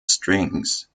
strings